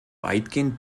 weitgehend